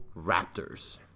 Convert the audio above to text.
Raptors